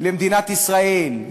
למדינת ישראל,